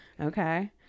Okay